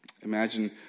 Imagine